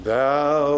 Thou